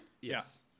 Yes